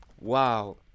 Wow